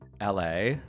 LA